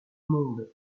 monde